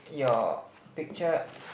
your picture